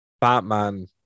Batman